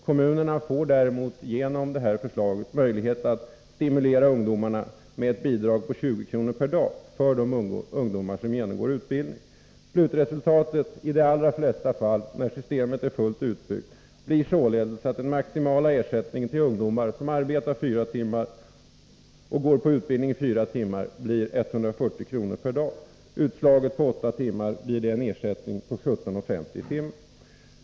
Kommunerna får däremot genom detta förslag möjlighet att stimulera de ungdomar som genomgår utbildning med ett bidrag på 20 kr. per dag. Slutresultatet när systemet är fullt utbyggt blir således i de allra flesta fall att den maximala ersättningen till ungdomar som arbetar fyra timmar och genomgår utbildning fyra timmar är 140 kr. per dag. Utslaget på åtta timmar blir det en ersättning på 17:50 kr. per timme.